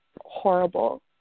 horrible